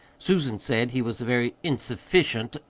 susan said he was a very insufficient,